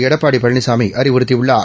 எடப்பாடி பழனிசாமி அறிவுறுத்தியுள்ளார்